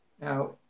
Now